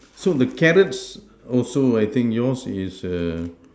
so the carrots also I think yours is err